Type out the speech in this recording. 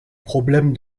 problème